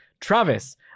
travis